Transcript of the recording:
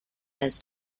has